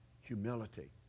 Humility